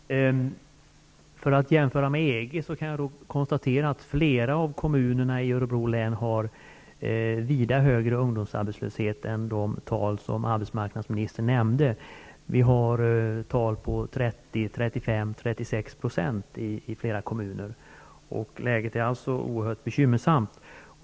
Herr talman! För att göra en jämförelse med EG kan jag konstatera att ungdomsarbetslösheten i flera av kommunerna i Örebro län är vida högre än de tal arbetsmarknadsministern nämnde. Vi har i flera kommuner en ungdomsarbetslöshet på 30, 35 och 36 %. Läget är alltså oerhört bekymmersamt.